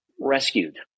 rescued